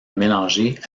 mélangé